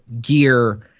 gear –